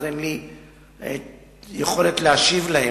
אז אין לי יכולת להשיב להם,